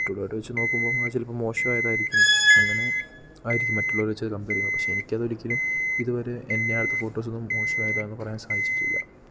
മറ്റുള്ളവരേ വെച്ച് നോക്കുമ്പം അത് ചിലപ്പം മോശവായതാരിക്കും അങ്ങനെ ആയിരിക്കും മറ്റുള്ളവരേ വെച്ച് അത് കമ്പെയർ ചെയ്യുമ്പോൾ പക്ഷെ എനിക്കതൊരിക്കലും ഇതുവരെ എൻ ഞാൻ എടുത്ത ഫോട്ടോസൊന്നും മോശവായതാന്ന് പറയാൻ സാധിച്ചിട്ടില്ല